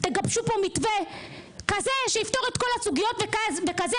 תגבשו פה מתווה כזה שיפתור את כל הסוגיות וכזה